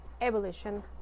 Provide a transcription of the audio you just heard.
evolution